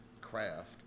craft